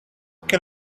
can